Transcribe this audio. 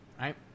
Right